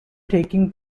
taking